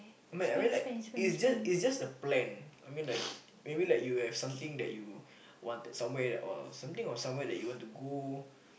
I mean I mean like it's just it's just a plan I mean like maybe like you have something that you wanted somewhere or something or somewhere you wanted to go